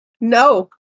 no